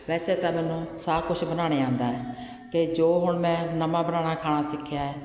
ਵੈਸੇ ਤਾਂ ਮੈਨੂੰ ਸਾਰਾ ਕੁਛ ਬਣਾਉਣਾ ਆਉਂਦਾ ਹੈ ਅਤੇ ਜੋ ਹੁਣ ਮੈਂ ਨਵਾਂ ਬਣਾਉਣਾ ਖਾਣਾ ਸਿੱਖਿਆ ਹੈ